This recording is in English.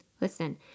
Listen